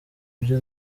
byo